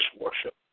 worship